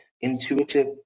intuitive